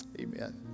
Amen